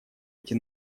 эти